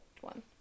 one